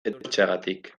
etortzeagatik